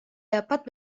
dapat